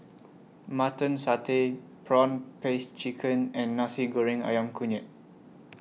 Mutton Satay Prawn Paste Chicken and Nasi Goreng Ayam Kunyit